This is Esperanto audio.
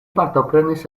partoprenis